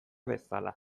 bezala